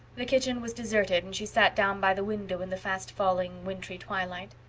the kitchen was deserted and she sat down by the window in the fast falling wintry twilight.